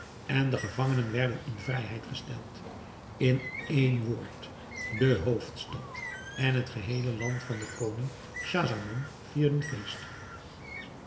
en de gevangenen werden in vrijheid gesteld in één woord de hoofdstad en het geheele land van den koning schahzaman vierden feest